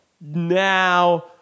now